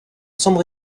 sombre